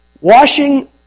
washing